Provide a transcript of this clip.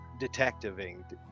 detectiving